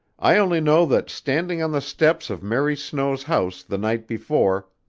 i only know that standing on the steps of mary snow's house the night before,